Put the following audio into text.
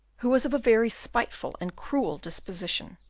who was of a very spiteful and cruel disposition,